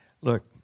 look